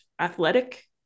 athletic